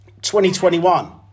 2021